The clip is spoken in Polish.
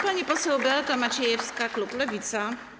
Pani poseł Beata Maciejewska, klub Lewica.